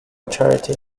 charity